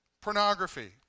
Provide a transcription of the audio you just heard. Pornography